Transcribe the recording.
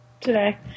today